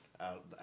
out